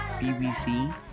BBC